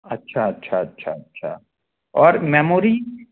अच्छा अच्छा अच्छा अच्छा और मैमोरी